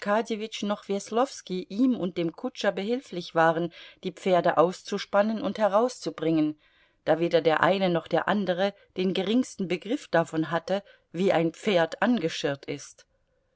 noch weslowski ihm und dem kutscher behilflich waren die pferde auszuspannen und herauszubringen da weder der eine noch der andere den geringsten begriff davon hatte wie ein pferd angeschirrt ist